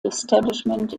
establishment